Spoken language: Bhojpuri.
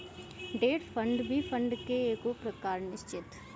डेट फंड भी फंड के एगो प्रकार निश्चित